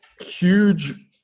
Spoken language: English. huge